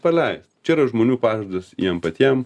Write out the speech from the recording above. paleist čia yra žmonių pažadas jiem patiem